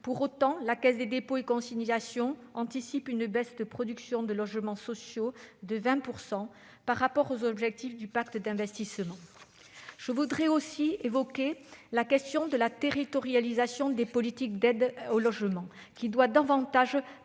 Pour autant, la Caisse des dépôts et consignations anticipe une baisse de production de logements sociaux de 20 % par rapport aux objectifs du pacte d'investissement. Je voudrais aussi évoquer la question de la territorialisation des politiques d'aide au logement, qui doit davantage